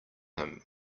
him